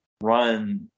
run